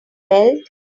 belt